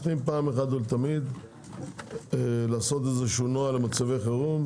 צריך פעם אחת ולתמיד לעשות נוהל מצבי חירום,